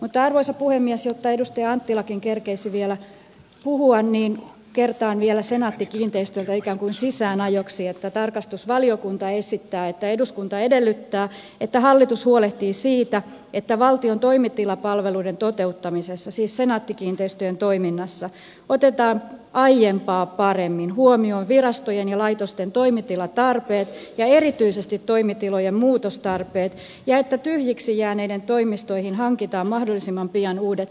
mutta arvoisa puhemies jotta edustaja anttilakin kerkeäisi vielä puhua niin kertaan vielä senaatti kiinteistöistä ikään kuin sisäänajoksi että tarkastusvaliokunta esittää että eduskunta edellyttää että hallitus huolehtii siitä että valtion toimitilapalveluiden toteuttamisessa siis senaatti kiinteistöjen toiminnassa otetaan aiempaa paremmin huomioon virastojen ja laitosten toimitilatarpeet ja erityisesti toimitilojen muutostarpeet ja että tyhjiksi jääneisiin toimistoihin hankitaan mahdollisimman pian uudet käyttäjät